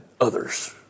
others